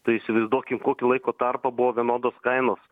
tai įsivaizduokim kokį laiko tarpą buvo vienodos kainos